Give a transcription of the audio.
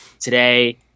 today